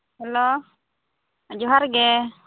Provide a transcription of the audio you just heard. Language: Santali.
ᱦᱮᱞᱳ ᱡᱚᱦᱟᱨ ᱜᱮ